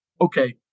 okay